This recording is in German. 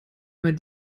man